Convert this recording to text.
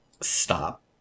stop